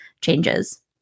changes